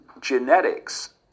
genetics